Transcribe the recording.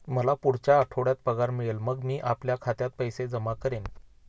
मला पुढच्या आठवड्यात पगार मिळेल मग मी आपल्या खात्यात पैसे जमा करेन